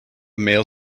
male